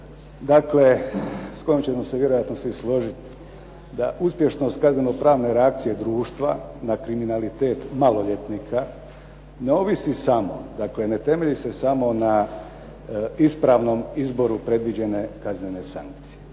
dakle s kojom ćemo se vjerojatno svi složiti da uspješnost kaznenopravne reakcije društva na kriminalitet maloljetnika ne ovisi samo, dakle ne temelji se samo na ispravnom izboru predviđene kaznene sankcije.